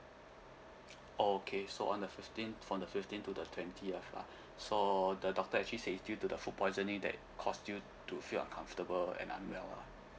okay so on the fifteenth from the fifteenth to the twentieth lah so the doctor actually say it's due to the food poisoning that caused you to feel uncomfortable and unwell lah